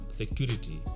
security